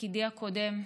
בתפקידי הקודם,